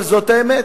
אבל זו האמת,